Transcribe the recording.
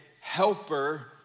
helper